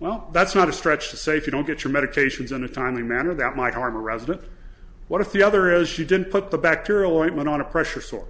well that's not a stretch to say if you don't get your medications in a timely manner that might harm a resident what if the other is she didn't put the bacterial it went on a pressure so